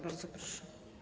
Bardzo proszę.